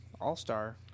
All-Star